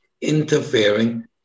interfering